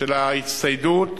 של ההצטיידות,